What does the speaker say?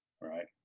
right